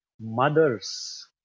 mothers